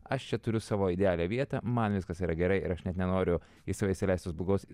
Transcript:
aš čia turiu savo idealią vietą man viskas yra gerai ir aš net nenoriu į save įsileist tos blogos